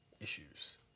issues